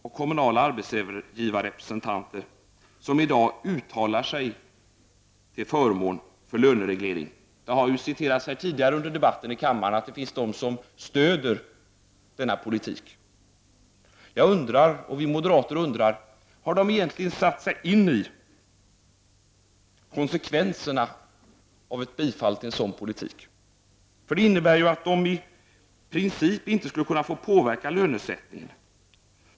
Det har ju tidigare här i kammaren i dag citerats att det finns företagare och kommunala arbetsgivarrepresentanter som uttalar sig till förmån för lönereglering och som stöder denna politik, men vad jag och vi moderater undrar är: Har de egentligen satt sig in i konsekvenserna av ett bifall till en sådan politik? Det innebär ju i princip att de inte skulle kunna få påverka lönesättningen.